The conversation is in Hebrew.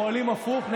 פועלים הפוך,